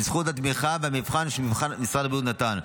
בזכות התמיכה במבחן שמשרד הבריאות נתן.